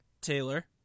Taylor